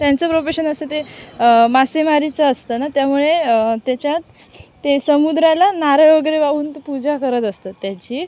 त्यांचं प्रोफेशन असं ते मासेमारीचं असतं ना त्यामुळे त्याच्यात ते समुद्राला नारळ वगैरे वाहून ते पूजा करत असतात त्याची